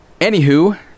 Anywho